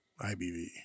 IBV